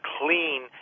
clean